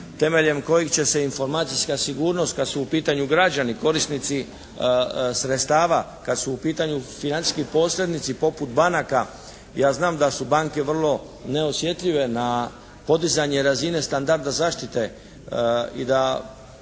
temeljem kojih će se informacijska sigurnost kad su u pitanju građani korisnici sredstava, kad su u pitanju financijski posrednici poput banaka. Ja znam da su banke vrlo neosjetljive na podizanje razine standarda zaštite i da